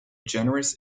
generous